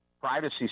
Privacy